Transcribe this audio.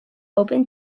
open